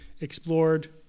explored